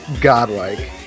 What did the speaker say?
godlike